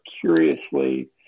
curiously